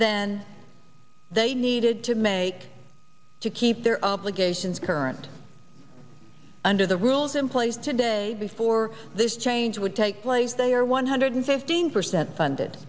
than they needed to make to keep their obligations current under the rules in place today before this change would take place they are one hundred fifteen percent funded